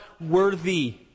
worthy